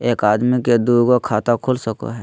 एक आदमी के दू गो खाता खुल सको है?